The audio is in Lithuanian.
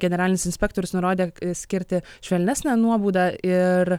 generalinis inspektorius nurodė skirti švelnesnę nuobaudą ir